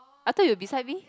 I thought you beside me